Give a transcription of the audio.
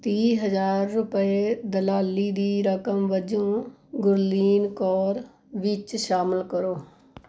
ਤੀਹ ਹਜ਼ਾਰ ਰੁਪਏ ਦਲਾਲੀ ਦੀ ਰਕਮ ਵਜੋਂ ਗੁਰਲੀਨ ਕੌਰ ਵਿੱਚ ਸ਼ਾਮਿਲ ਕਰੋ